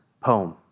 poem